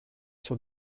sur